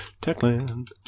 Techland